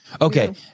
Okay